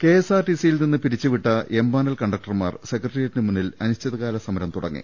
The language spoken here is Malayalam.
കെഎസ്ആർടിസിയിൽ നിന്നും പിരിച്ചു വിട്ട എം പാനൽ കണ്ട ക്ടർമാർ സെക്രട്ടറിയേറ്റിനു മുന്നിൽ അനിശ്ചിതകാല സമരം തുട ങ്ങി